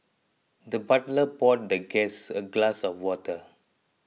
the butler poured the guest a glass of water